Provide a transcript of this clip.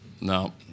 No